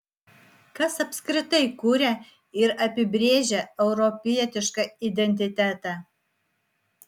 kas apskritai kuria ir apibrėžia europietišką identitetą